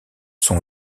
sont